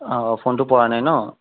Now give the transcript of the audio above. অঁ ফোনটো পৰা নাই ন